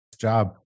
job